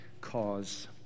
cause